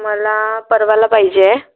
मला परवाला पाहिजे आहे